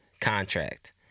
contract